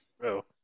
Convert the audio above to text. bro